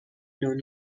known